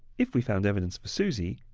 if we found evidence for susy,